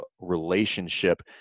relationship